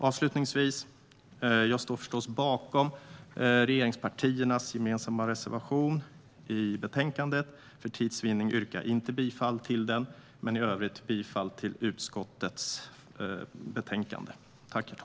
Avslutningsvis står jag förstås bakom regeringspartiernas gemensamma reservation i betänkandet. För tids vinnande yrkar jag inte bifall till den men i övrigt bifall till utskottets förslag i betänkandet.